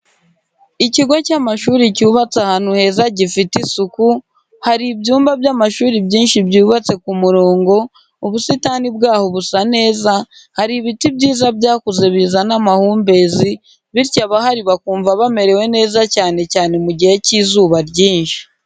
Ikigo cy'amashuri cyubatse ahantu heza gifite isuku, hari ibyumba by'amashuri byinshi byubatse ku murongo, ubusitani bwaho busa neza, hari ibiti byiza byakuze bizana amahumbezi bityo abahari bakumva bamerewe neza cyane cyane mu gihe cy'izuba ryinshi.